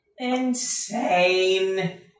insane